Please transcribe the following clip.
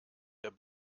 der